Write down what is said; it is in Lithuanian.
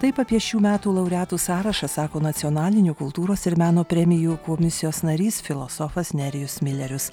taip apie šių metų laureatų sąrašą sako nacionalinių kultūros ir meno premijų komisijos narys filosofas nerijus milerius